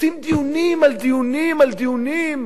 עושים דיונים על דיונים על דיונים.